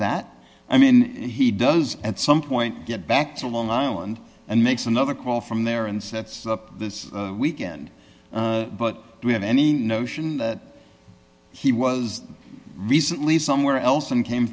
that i mean he does at some point get back to long island and makes another call from there and sets up this weekend but we have any notion that he was recently somewhere else and came